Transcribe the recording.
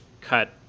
cut